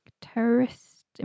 terrorist